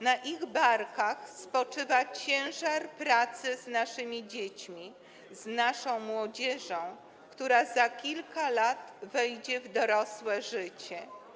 Na ich barkach spoczywa ciężar pracy z naszymi dziećmi, z naszą młodzieżą, która za kilka lat wejdzie w dorosłe życie.